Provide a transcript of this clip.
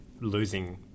losing